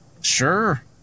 Sure